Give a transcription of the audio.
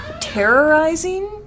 terrorizing